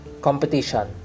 competition